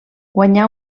guanyà